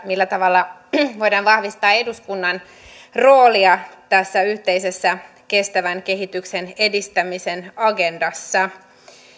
millä tavalla voidaan vahvistaa eduskunnan roolia tässä yhteisessä kestävän kehityksen edistämisen agendassa